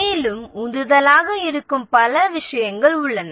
மேலும் உந்துதலாக இருக்கும் பல விஷயங்கள் உள்ளன